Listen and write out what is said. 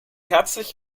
herzlich